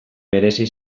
merezi